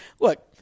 Look